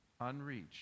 unreached